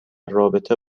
رابطه